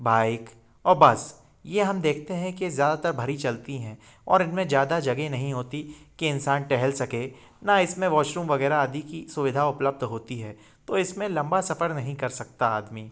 bike और bus ये हम देखते हैं कि ज़्यादातर भरी चलती हैं और इनमें ज़्यादा जगह नहीं होती कि इंसान टहल सके ना इसमें वॉशरूम वग़ैरह आदि की सुविधा उपलब्ध होती है तो इसमें लम्बा सफ़र नहीं कर सकता आदमी